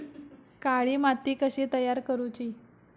काळी माती कशी तयार करूची?